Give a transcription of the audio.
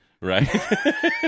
right